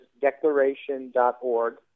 declaration.org